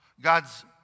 God's